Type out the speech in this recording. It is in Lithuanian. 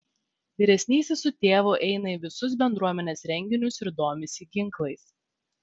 vyresnysis su tėvu eina į visus bendruomenės renginius ir domisi ginklais